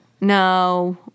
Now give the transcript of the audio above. no